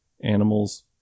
animals